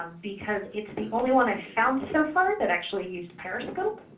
um because it's the only one i found so far that actually used periscope.